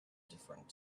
different